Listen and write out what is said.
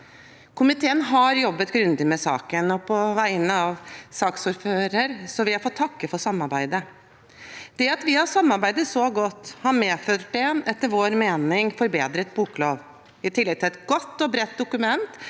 Komiteen har jobbet grundig med saken, og på vegne av saksordføreren vil jeg få takke for samarbeidet. Det at vi har samarbeidet så godt, har medført en etter vår mening forbedret boklov i tillegg til et godt og bredt dokument,